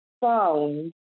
found